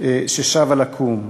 ששבה לקום.